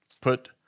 put